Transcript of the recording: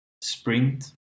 sprint